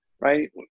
right